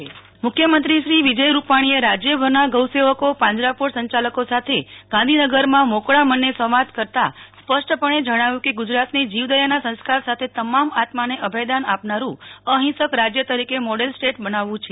નહલ ઠકકર મુખ્યમંત્રો મોકળા મને મુખ્યમંત્રી શ્રી વિજય રૂપાણીએ રાજ્યભરના ગૌસેવકો પાંજરાપોળ સંચાલકો સાથે ગાંધીનગરમાં મોકળા મને સંવાદ કરતાં સ્પષ્ટપણે જણાવ્યું કે ગુજરાતને જીવદયાના સંસ્કાર સાથે તમામ આત્માને અભયદાન આપનારૃં અહિંસક રાજ્ય તરીકે મોડેલ સ્ટેટ બનાવવું છે